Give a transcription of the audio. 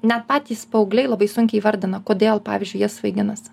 net patys paaugliai labai sunkiai įvardina kodėl pavyzdžiui jie svaiginasi